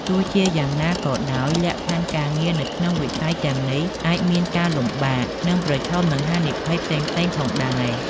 ទោះជាយ៉ាងណាក៏ដោយ លក្ខខណ្ឌការងារនៅក្នុងវិស័យទាំងនេះអាចមានការលំបាក និងប្រឈមនឹងហានិភ័យផ្សេងៗផងដែរ ។